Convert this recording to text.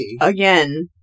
Again